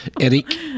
Eric